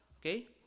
okay